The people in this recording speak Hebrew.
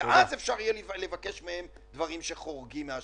ורק אז אפשר יהיה לבקש מהם דברים שחורגים מהשגרה.